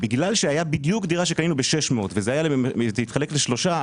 בגלל שבדיוק היתה דירה שקנינו ב-600,000 וזה נחלק לשלושה,